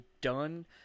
done